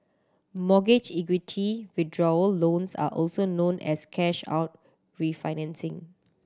mortgage equity withdrawal loans are also known as cash out refinancing